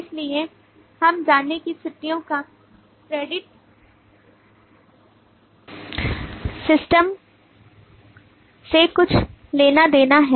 इसलिए हम जानेंगे कि छुट्टियो का क्रेडिट सिस्टम से कुछ लेना देना है